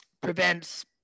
prevents